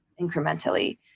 incrementally